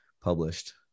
published